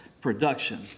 production